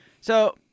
So-